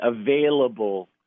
available